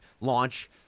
launch